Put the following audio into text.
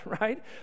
right